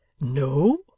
No